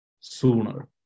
sooner